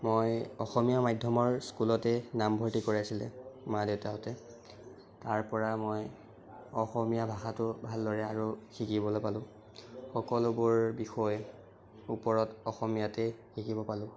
মই অসমীয়া মাধ্য়মৰ স্কুলতে নামভৰ্তি কৰাইছিলে মা দেউতাহঁতে তাৰপৰা মই অসমীয়া ভাষাটো ভালদৰে আৰু শিকিবলে পালোঁ সকলোবোৰ বিষয় ওপৰত অসমীয়াতেই শিকিব পালোঁ